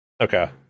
Okay